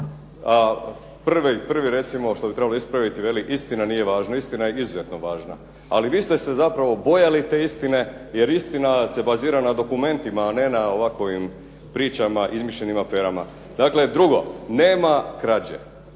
prvo recimo što bi trebalo ispraviti veli istina nije važna. Istina je izuzetno važna, ali vi ste se zapravo bojali te istine, jer istina se bazira na dokumentima a ne na ovakvim pričama, izmišljenim aferama. Dakle drugo. Nema krađe.